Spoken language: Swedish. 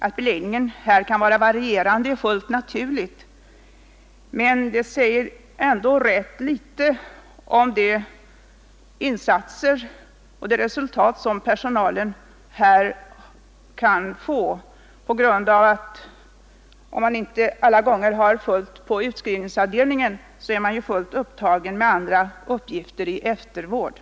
Att beläggningen där kan variera är helt naturligt, men det säger ganska litet om de insatser som personalen där gör och det resultat man där kan nå. Och om det inte alltid är fullbelagt på utskrivningsavdelningen är ju ändå de anställda fullt upptagna med andra uppgifter i eftervården.